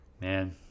man